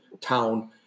town